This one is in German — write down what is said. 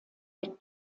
der